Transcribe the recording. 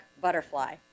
Butterfly